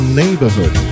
neighborhood